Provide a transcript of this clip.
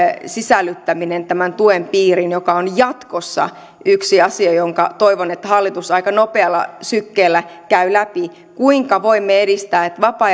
sisällyttämisestä tämän tuen piiriin joka on jatkossa yksi asia jonka toivon että hallitus aika nopealla sykkeellä käy läpi se kuinka voimme edistää myöskin vapaa